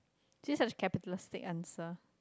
since I has capitalistic answer